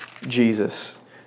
Jesus